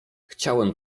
chciałem